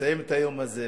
נסיים את היום הזה בנאומים,